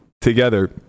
together